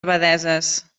abadesses